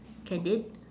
can they